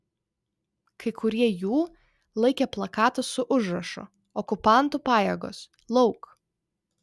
kai kurie jų laikė plakatus su užrašu okupantų pajėgos lauk